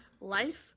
Life